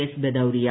S Bhadauria